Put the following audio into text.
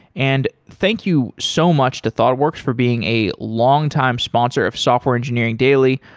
and thank you so much to thoughtworks for being a longtime sponsor of software engineering daily.